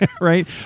Right